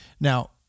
Now